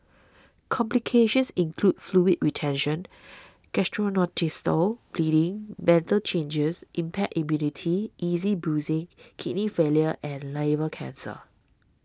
complications include fluid retention gastrointestinal bleeding mental changes impaired immunity easy bruising kidney failure and liver cancer